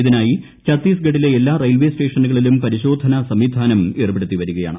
ഇതിനായി ഛത്തീസ്ഗഡിലെ എല്ലാ റെയിൽവേ സ്റ്റേഷനുകളിലും പരിശോധനാ സംവിധാനം ഏർപ്പെടുത്തിവരികയാണ്